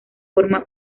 forma